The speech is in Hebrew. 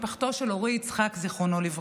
משפחתו של אורי יצחק ז"ל.